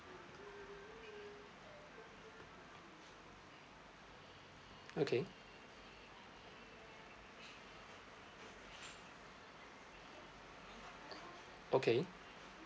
okay okay